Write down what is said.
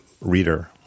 reader